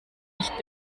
nicht